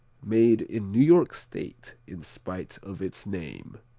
made in new york state in spite of its name.